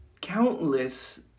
countless